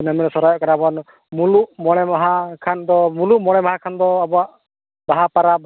ᱦᱤᱱᱟᱹ ᱱᱤᱭᱟᱹ ᱨᱮ ᱥᱚᱨᱦᱟᱭᱚᱜ ᱠᱟᱱᱟ ᱵᱚᱱ ᱢᱩᱞᱩᱜ ᱢᱚᱬᱮ ᱢᱟᱦᱟ ᱠᱷᱟᱱ ᱢᱩᱞᱩᱜ ᱢᱚᱬᱮ ᱢᱟᱦᱟ ᱠᱷᱟᱱ ᱫᱚ ᱟᱵᱚᱣᱟᱜ ᱵᱟᱦᱟ ᱯᱚᱨᱚᱵᱽ